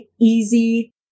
easy